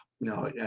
no